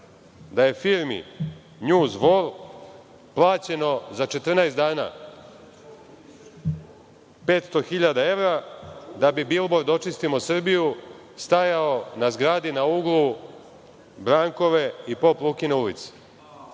da je firmi „NJuz Vor“ plaćeno za 14 dana 500.000 evra da bi bilbord „Očistimo Srbiju“ stajao na zgradi na uglu Brankove i Pop Lukine ulice.